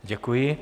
Děkuji.